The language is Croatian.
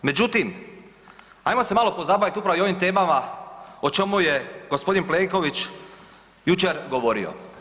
Međutim, ajmo se malo pozabaviti upravo i ovim temama o čemu je g. Plenković jučer govori.